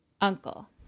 Uncle